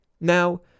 Now